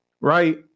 right